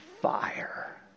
fire